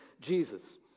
Jesus